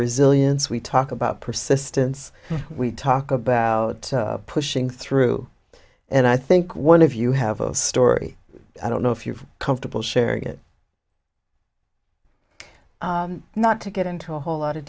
resilience we talk about persistence we talk about pushing through and i think one of you have a story i don't know if you're comfortable sharing it not to get into a whole lot of